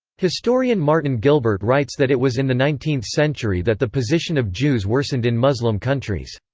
historian martin gilbert writes that it was in the nineteenth century that the position of jews worsened in muslim countries.